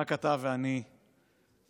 רק אתה ואני שומעים.